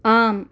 ஆம்